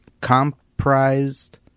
comprised